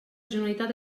generalitat